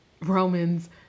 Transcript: Roman's